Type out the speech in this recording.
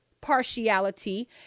partiality